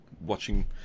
watching